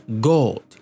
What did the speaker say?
God